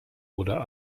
oder